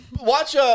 Watch